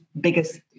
biggest